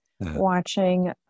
watching